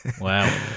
Wow